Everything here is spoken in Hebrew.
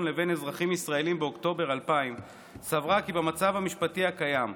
לבין אזרחים ישראלים באוקטובר 2000 סברה כי במצב המשפטי הקיים,